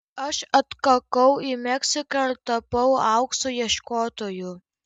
aš atkakau į meksiką ir tapau aukso ieškotoju